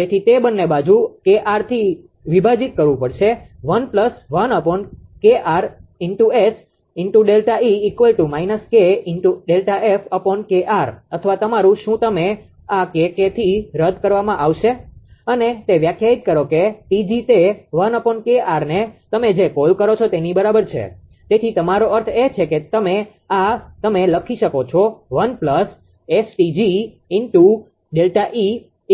તેથી તે બને બાજુ KR થી વિભાજીત કરવું પડશે અથવા તમારું શું તમે આ K K થી રદ કરવામાં આવશે અને તે વ્યાખ્યાયિત કરો કે 𝑇𝑔 તે 1𝐾𝑅 ને તમે જે કોલ કરો છો તેની બરાબર છે તેથી તમારો અર્થ એ છે કે આ તમે લખી શકો છો 1 𝑆𝑇𝑔ΔE